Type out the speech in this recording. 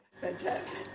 Fantastic